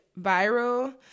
viral